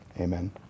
Amen